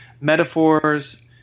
metaphors